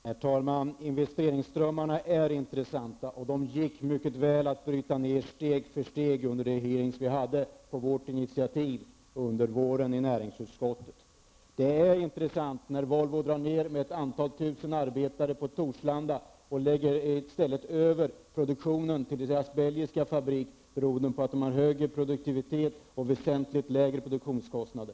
Herr talman! Investeringsströmmarna är intressanta, och det gick mycket väl att bryta ned dem steg för steg under de hearingar som på vårt initiativ gjordes under våren i näringsutskottet. Det är intressant när Volvo drar ned med ett antal tusen arbetare på Torslanda och i stället lägger över produktionen till sin belgiska fabrik, beroende på att man där har högre produktivitet och väsentligt lägre produktionskostnader.